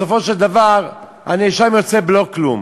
בסופו של דבר הנאשם יוצא בלא-כלום.